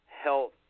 health